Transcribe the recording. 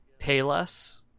Payless